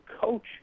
coach